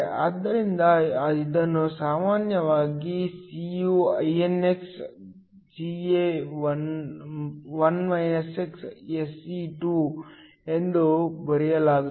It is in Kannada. ಆದ್ದರಿಂದ ಇದನ್ನು ಸಾಮಾನ್ಯವಾಗಿ Cuinx Ga1 x Se2 ಎಂದು ಬರೆಯಲಾಗುತ್ತದೆ